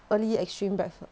early extreme ba~